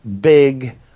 big